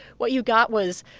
what you got was,